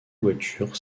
voiture